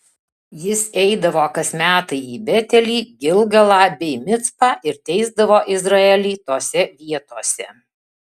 jis eidavo kas metai į betelį gilgalą bei micpą ir teisdavo izraelį tose vietose